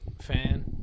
fan